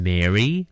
Mary